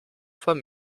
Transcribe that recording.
von